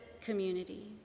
community